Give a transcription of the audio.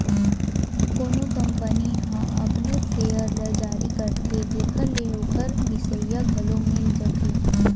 कोनो कंपनी ह अपनेच सेयर ल जारी करथे जेखर ले ओखर बिसइया घलो मिल जाथे